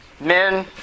Men